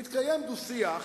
מתקיים דו-שיח